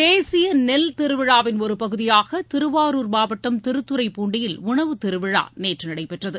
தேசிய நெல் திருவிழாவின் ஒருபகுதியாக திருவாரூர் மாவட்டம் திருத்துறைப்பூண்டியில் உணவுத்திருவிழா நேற்று நடைபெற்றது